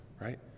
right